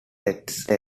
national